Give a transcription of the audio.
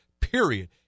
period